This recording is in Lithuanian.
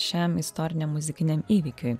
šiam istoriniam muzikiniam įvykiui